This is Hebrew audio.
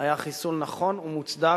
היה חיסול נכון ומוצדק.